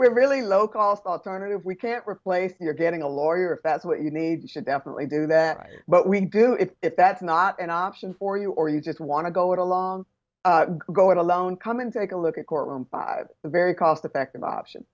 were really low cost alternative we can't replace you're getting a lawyer if that's what you need should definitely do that but we do it if that's not an option for you or you just want to go along go it alone come in take a look at court the very cost effective option